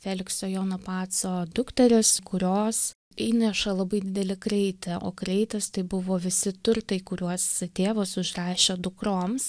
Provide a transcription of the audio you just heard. felikso jono paco dukterys kurios įneša labai didelį kraitį o kraitis tai buvo visi turtai kuriuos tėvas užrašė dukroms